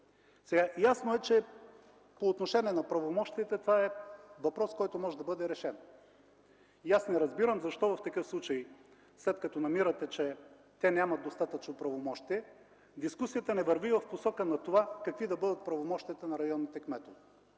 Ясно е, че по отношение на правомощията, това е въпрос, който може да бъде решен. Аз не разбирам защо в такъв случай, след като намирате, че те нямат достатъчно правомощия, дискусията не върви в посока на това какви да бъдат правомощията на районните кметове!